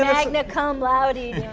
magna cum laude